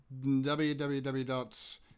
www